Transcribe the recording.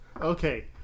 Okay